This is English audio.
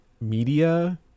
media